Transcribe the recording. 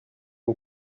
mon